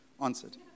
answered